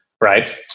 right